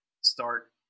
start